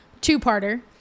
Two-parter